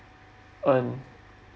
earn